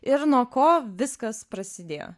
ir nuo ko viskas prasidėjo